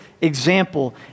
example